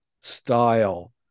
style